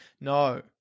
No